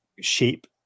shape